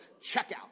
checkout